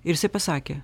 ir jisai pasakė